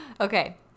Okay